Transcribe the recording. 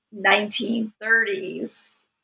1930s